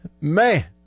Man